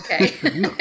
okay